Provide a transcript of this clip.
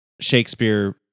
Shakespeare